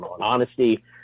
honesty